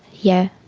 yeah,